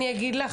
אני אגיד לך,